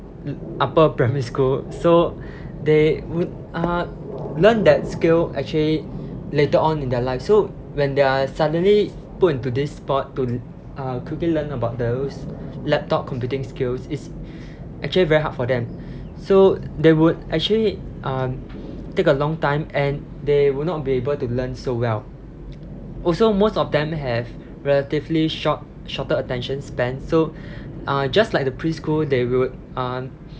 upper primary school so they would uh learn that skill actually later on in their life so when they are suddenly put into this spot to uh quickly learn about those laptop computing skills it's actually very hard for them so they would actually uh take a long time and they will not be able to learn so well also most of them have relatively short shorter attention span so uh just like the preschool they will uh